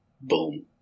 boom